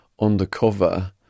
undercover